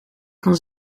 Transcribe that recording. kan